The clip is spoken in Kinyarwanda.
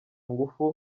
ngufu